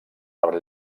per